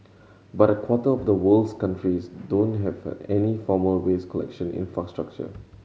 but a quarter of the world's countries don't have any formal waste collection infrastructure